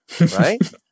right